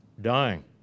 dying